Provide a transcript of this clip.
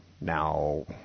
Now